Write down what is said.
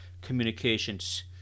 communications